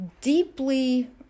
deeply